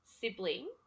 sibling